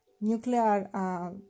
nuclear